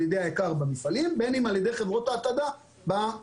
על ידי היק"ר במפעלים ובין אם על ידי חברות ההתעדה בחוות